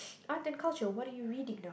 art and culture what are you reading now